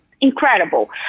incredible